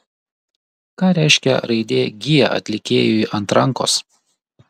ką reiškia raidė g atlikėjui ant rankos